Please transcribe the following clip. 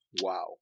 Wow